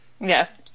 Yes